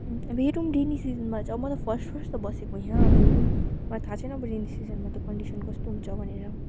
अब हेरौँ रेनी सिजनमा चाहिँ म त फर्स्ट फर्स्ट त बसेको यहाँ अब हेरौँ मलाई थाहा छैन अब रेनी सिजनमा त कन्डिसन कस्तो हुन्छ भनेर